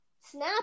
snap